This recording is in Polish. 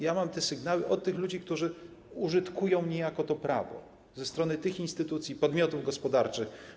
Ja mam te sygnały od ludzi, którzy użytkują niejako to prawo, ze strony tych instytucji, podmiotów gospodarczych.